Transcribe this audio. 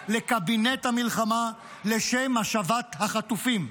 אתה הצעת, לקבינט המלחמה לשם השבת החטופים.